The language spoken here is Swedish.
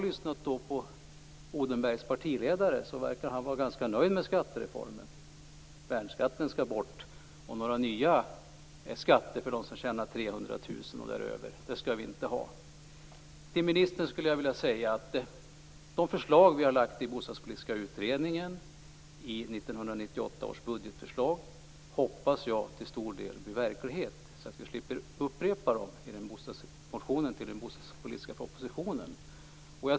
Men Odenbergs partiledare verkar att vara ganska nöjd med skattereformen. Han säger att värnskatten skall bort och att vi inte skall ha några nya skatter för dem som tjänar 300 000 kr och däröver. Till ministern vill jag säga att jag hoppas att de förslag som har lagts fram av den bostadspolitiska utredningen och i 1998 års budgetförslag till stor del blir verklighet, så att vi inte behöver upprepa dem i motionerna till den bostadspolitiska propositionen.